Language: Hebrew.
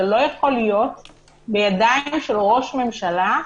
זה לא יכול להיות בידיים של ראש ממשלה,